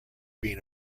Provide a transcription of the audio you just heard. been